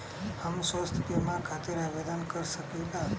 हम स्वास्थ्य बीमा खातिर आवेदन कर सकीला?